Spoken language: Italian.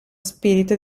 spirito